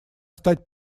стать